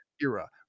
era